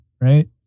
right